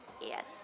Yes